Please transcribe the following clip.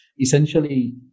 essentially